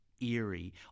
eerie